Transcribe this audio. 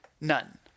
None